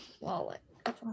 Wallet